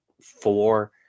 four